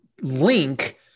link